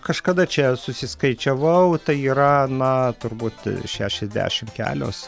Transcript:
kažkada čia susiskaičiavau tai yra na turbūt šešiasdešim kelios